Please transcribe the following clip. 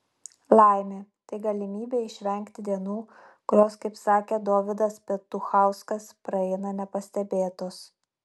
laimė tai galimybė išvengti dienų kurios kaip sakė dovydas petuchauskas praeina nepastebėtos